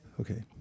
Okay